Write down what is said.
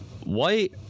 White